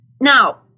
Now